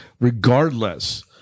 regardless